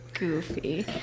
Goofy